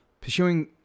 Pursuing